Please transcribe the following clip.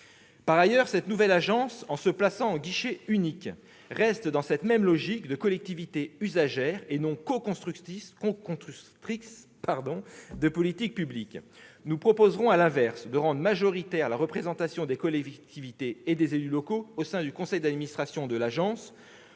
Par ailleurs, cette nouvelle agence, en se plaçant dans la position d'un guichet unique, reste dans cette même logique de collectivités usagères et non coconstructrices de politiques publiques. Nous proposerons, à l'inverse, de rendre majoritaire la représentation des collectivités et des élus locaux dans le conseil d'administration de l'agence,